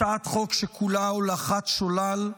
הצעת חוק שכולה הולכת שולל,